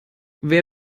wer